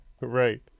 Right